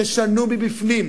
תשנו מבפנים,